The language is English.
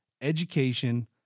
education